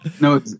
No